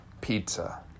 pizza